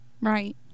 Right